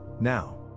now